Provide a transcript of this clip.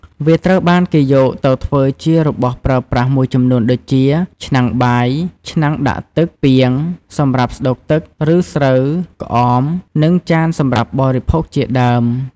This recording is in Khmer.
វាត្រូវបានគេយកទៅធ្វើជារបស់របរប្រើប្រាស់មួយចំនួនដូចជា ឆ្នាំងបាយ ឆ្នាំងដាក់ទឹក ពាង សម្រាប់ស្តុកទឹក ឬស្រូវ ក្អម និងចានសម្រាប់បរិភោគជាដើម។